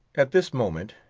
at this moment,